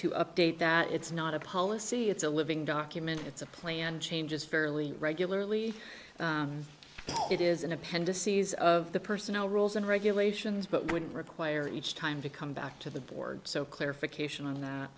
to update that it's not a policy it's a living document it's a plan changes fairly regularly it is an append to seize of the personnel rules and regulations but would require each time to come back to the board so clarification on that